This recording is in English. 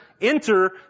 Enter